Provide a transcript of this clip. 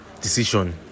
decision